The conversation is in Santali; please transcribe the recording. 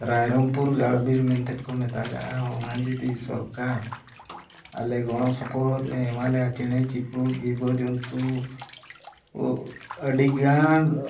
ᱨᱟᱭᱨᱚᱝᱯᱩᱨ ᱜᱟᱲ ᱵᱤᱨ ᱢᱮᱱᱛᱮ ᱠᱚ ᱢᱮᱛᱟᱜᱟᱜᱼᱟ ᱚᱱᱟ ᱡᱩᱫᱤ ᱥᱚᱨᱠᱟᱨ ᱟᱞᱮ ᱜᱚᱲᱚ ᱥᱚᱯᱚᱦᱚᱫ ᱮ ᱮᱢᱟ ᱞᱮᱭᱟ ᱪᱮᱬᱮ ᱪᱤᱯᱲᱩᱫ ᱡᱤᱵᱚ ᱡᱚᱱᱛᱩ ᱟᱹᱰᱤᱜᱟᱱ